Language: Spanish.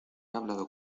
hablado